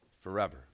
forever